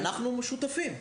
אנחנו שותפים,